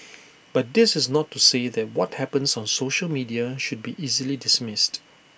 but this is not to say that what happens on social media should be easily dismissed